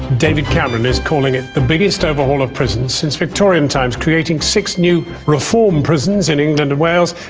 david cameron is calling it the biggest overhaul of prisons since victorian times, creating six new reform prisons in england and wales.